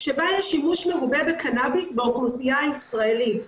שבה יש שימוש מרובה בקנאביס באוכלוסייה הישראלית.